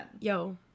Yo